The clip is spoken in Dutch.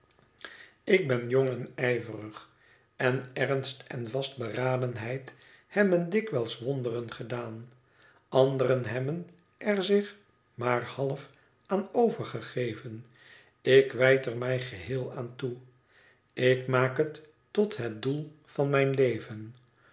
ik ben jong en ijverig en ernst en vastberadenheid hebben dikwijls wonderen gedaan anderen hebben er zich maar half aan overgegeven ik wijd er mij geheel aan toe ik maak het tot het doel van mijn leven